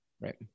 Right